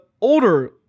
older